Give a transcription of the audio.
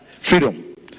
Freedom